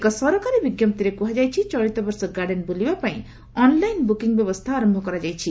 ଏକ ସରକାରୀ ବିଞ୍ଜପ୍ତିରେ କୁହାଯାଇଛି ଚଳିତ ବର୍ଷ ଗାର୍ଡନ୍ ବୂଲିବା ପାଇଁ ଅନ୍ଲାଇନ୍ ବୃକିଂ ବ୍ୟବସ୍ଥା ଆରମ୍ଭ କରାଯାଇଛି